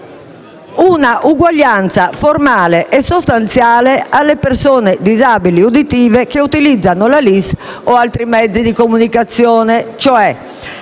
una uguaglianza formale e sostanziale alle persone disabili uditive che utilizzano la LIS o altri mezzi di comunicazione, e cioè: